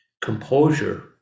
composure